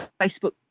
Facebook